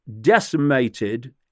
decimated